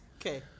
Okay